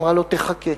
ואמרה לו: תחכה.